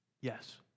Yes